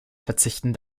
verzichten